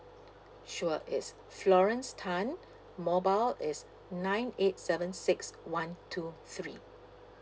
sure it's florence tan mobile is nine eight seven six one two three